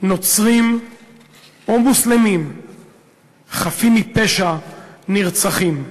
נוצרים או מוסלמים חפים מפשע נרצחים,